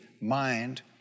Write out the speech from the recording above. mind